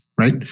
Right